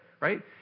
right